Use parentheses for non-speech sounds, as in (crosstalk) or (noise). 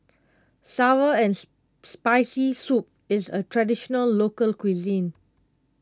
Sour and (unintelligible) Spicy Soup is a Traditional Local Cuisine